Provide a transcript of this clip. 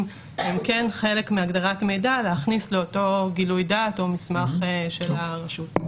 הם כן חלק מהגדרת המידע להכניס לאותו גילוי דעת או מסמך של הרשות.